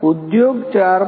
ઉદ્યોગ 4